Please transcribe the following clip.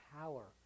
power